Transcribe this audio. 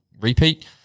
repeat